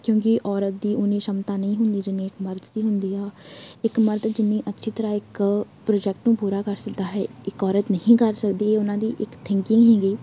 ਕਿਉਂਕਿ ਔਰਤ ਦੀ ਉੰਨੀ ਸ਼ਮਤਾ ਨਹੀਂ ਹੁੰਦੀ ਜਿੰਨੀ ਇੱਕ ਮਰਦ ਦੀ ਹੁੰਦੀ ਆ ਇੱਕ ਮਰਦ ਜਿੰਨੀ ਅੱਛੀ ਤਰਾਂ ਇੱਕ ਪ੍ਰੋਜੈਕਟ ਨੂੰ ਪੂਰਾ ਕਰ ਸਕਦਾ ਹੈ ਇੱਕ ਔਰਤ ਨਹੀਂ ਕਰ ਸਕਦੀ ਇਹ ਉਹਨਾਂ ਦੀ ਇੱਕ ਥਿੰਕਿੰਗ ਸੀਗੀ